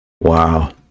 Wow